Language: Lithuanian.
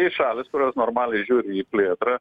tai šalys kurios normaliai žiūri į plėtrą